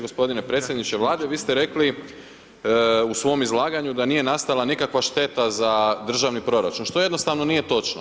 Gospodine predsjedniče Vlade vi ste rekli u svom izlaganju da nije nastala nikakva šteta za državni proračun što jednostavno nije točno.